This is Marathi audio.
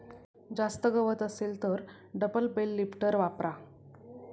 जास्त गवत असेल तर डबल बेल लिफ्टर वापरा